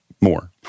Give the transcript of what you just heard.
more